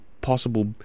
possible